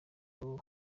bwo